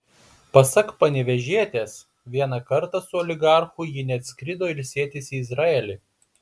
pasak panevėžietės vieną kartą su oligarchu ji net skrido ilsėtis į izraelį